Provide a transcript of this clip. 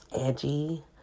edgy